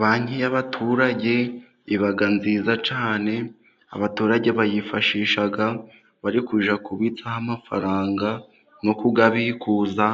Banki y'abaturage iba nziza cyane, abaturage bayifashisha barikujya kubitsaho amafaranga no kuyabikuza,